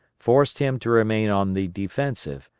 forced him to remain on the defensive,